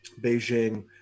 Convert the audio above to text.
Beijing